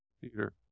Peter